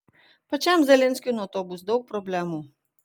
pačiam zelenskiui nuo to bus daug problemų